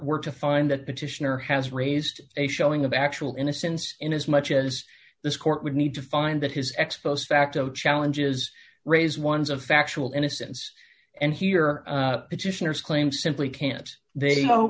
were to find the petitioner has raised a showing of actual innocence in as much as this court would need to find that his ex post facto challenges raise ones of factual innocence and here petitioners claim simply can't they